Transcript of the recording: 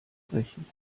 sprechen